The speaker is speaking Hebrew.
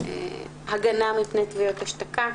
הגנה מפני תביעות השתקה,